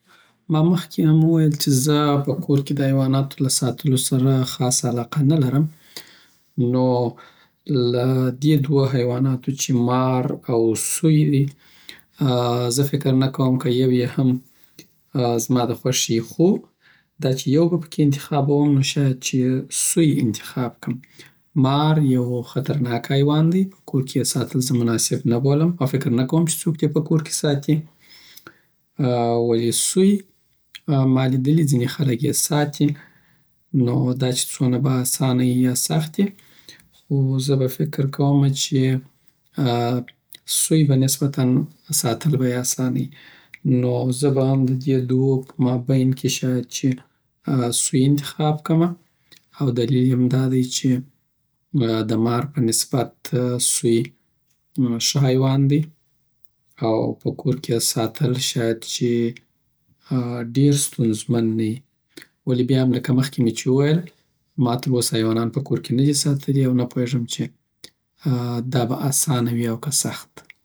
ما مخکی هم وویل چی زه په کورکی دحیواناتو له ساتلو سره خاصه علاقه نلرم نو له دی دوو حیواناتو چی مار او سوی دی زه فکر نکوم که یو یی هم زما دخوښی یی خو دا چی یو به پکی انتخابوم شادی سوی انتخاب کم مار یو خطرناکه حیوان دی په کورکی یی ساتل زه مناسب نه بولم او فکر نکوم چی څوک دی یی په کورکی ساتی ولی سوی، مالیدلی ځینی خلګ یی ساتی نو دا چی څونه به اسانه یی یاسخت یی، خو زه به فکر کوم چی سوی به نسبتن ساتل به یی اسانه یی نو زه به هم ددی دوو په مابین کی شاید چی سوی انتخاب کمه اودلیل یی دادی چی دمار په نسبت سوی ښه حیوان دی او په کورکی یی ساتل شاید چی ډیری ستونځ من نه یی ولی بیاهم لکه مخکی می چی وویل ماتراوسه حیوانان په کورکی ندی ساتلی او نه پوییږم چی دابه اسانه یی او که سخت